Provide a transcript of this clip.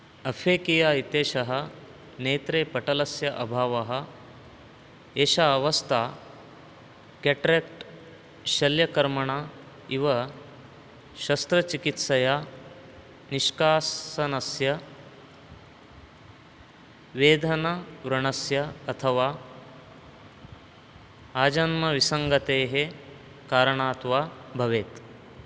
aphakia इत्येषः नेत्रे पटलस्य अभावः एषा अवस्था केटरेक्ट् शल्यकर्मणा इव शस्त्रचिकित्सया निष्कासनस्य वेदनाव्रणस्य अथवा आजन्मविसङ्गतेः कारणात् वा भवेत्